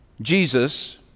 Jesus